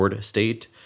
state